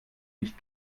nicht